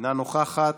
אינה נוכחת,